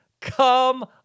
Come